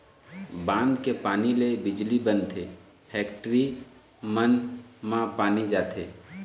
बांध के पानी ले बिजली बनथे, फेकटरी मन म पानी जाथे